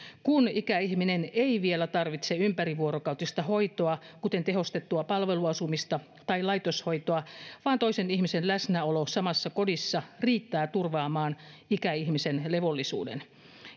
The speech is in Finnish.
kun ikäihminen ei vielä tarvitse ympärivuorokautista hoitoa kuten tehostettua palveluasumista tai laitoshoitoa vaan toisen ihmisen läsnäolo samassa kodissa riittää turvaamaan ikäihmisen levollisuuden